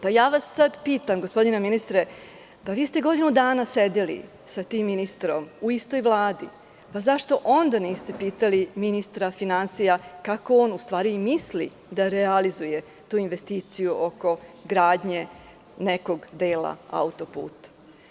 Sada vas pitam, gospodine ministre, vi ste godinu dana sedeli sa tim ministrom u istoj Vladi, zašto onda niste pitali ministra finansija kako on u stvari misli da realizuje tu investiciju oko gradnje nekog dela autoputa?